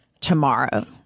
tomorrow